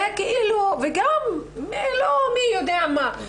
זה כאילו, וגם לא מי יודע מה.